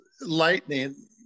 lightning